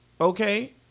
okay